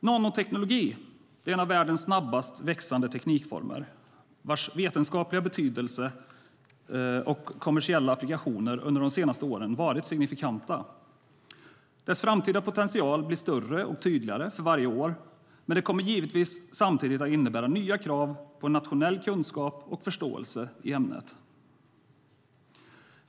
Nanotekniken är en av världens snabbast växande teknikformer, vars vetenskapliga betydelse och kommersiella applikationer under de senaste åren har varit signifikanta. Dess framtida potential blir större och tydligare för varje år, men det kommer givetvis samtidigt att innebära nya krav på en nationell kunskap och förståelse i ämnet.